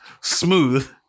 Smooth